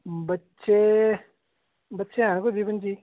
बच्चे बच्चे हैन कोई बीह् पं'जी